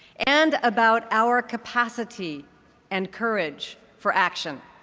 and about our capacity and courage for action.